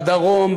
בדרום,